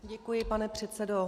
Děkuji, pane předsedo.